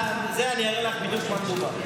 אני אראה לך בדיוק על מה מדובר,